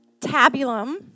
Tabulum